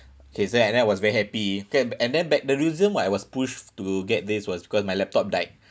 K so and then I was very happy K and then back the reason why I was pushed to get this was because my laptop died